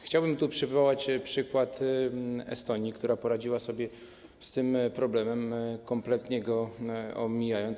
Chciałbym tu przywołać przykład Estonii, która poradziła sobie z tym problemem, kompletnie go omijając.